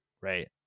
Right